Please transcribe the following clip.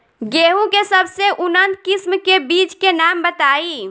गेहूं के सबसे उन्नत किस्म के बिज के नाम बताई?